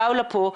פאולה פה,